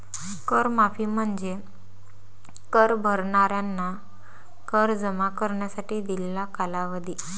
कर माफी म्हणजे कर भरणाऱ्यांना कर जमा करण्यासाठी दिलेला कालावधी